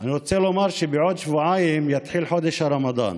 אני רוצה לומר שבעוד שבועיים יתחיל חודש הרמדאן.